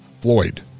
Floyd